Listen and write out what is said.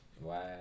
Wow